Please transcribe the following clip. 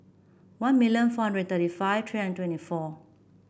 one million four hundred thirty five three hundred twenty four